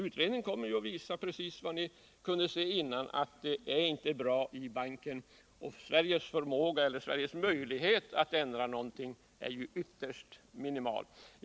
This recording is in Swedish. Utredningen kommer att komma fram till precis vad ni redan visste, nämligen att ett medlemskap i banken inte är bra och att Sveriges möjligheter att ändra något är ytterst minimala. Herr talman!